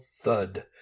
thud